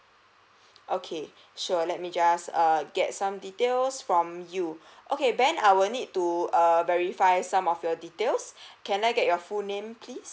okay sure let me just err get some details from you okay ben I will need to err verify some of your details can I get your full name please